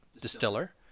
distiller